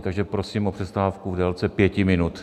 Takže prosím o přestávku v délce pěti minut.